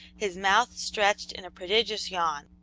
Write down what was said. his mouth stretched in a prodigious yawn,